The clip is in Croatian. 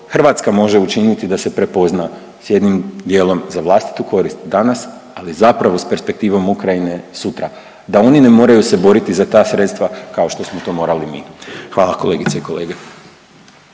Hrvatska može učiniti da se prepozna s jednim dijelom za vlastitu korist danas, ali zapravo s perspektivom Ukrajine sutra, da oni ne moraju se boriti za ta sredstva kao što smo to morali mi, hvala kolegice i kolege.